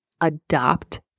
adopt